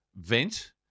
vent